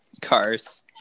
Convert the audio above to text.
Cars